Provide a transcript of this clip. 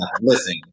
listen